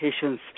patients